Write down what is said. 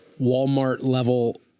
Walmart-level